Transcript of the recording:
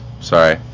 Sorry